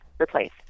replace